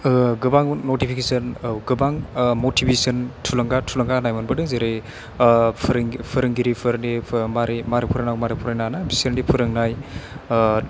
गोबां नटिपिकेसन औ गोबां मटिभेसन थुलुंगा थुलुंगा होनाय मोनबोदों जेरै फोरों फोरोंगिरिफोर माबोरै माबोरै फोरोंनांगौ माबोरै फोरोंनाङा ना बिसोरनि फोरोंनाय